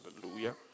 Hallelujah